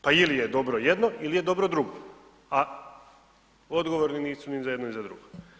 Pa ili je dobro jedno ili je dobro drugo, a odgovorni nisu ni za jedno ni za drugo.